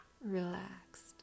Relaxed